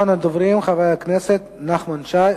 הצעות שמספרן 2629,